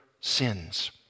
sins